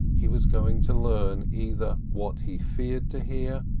he was going to learn either what he feared to hear,